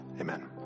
amen